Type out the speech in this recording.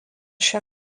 šia